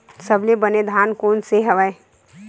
सबले बने धान कोन से हवय?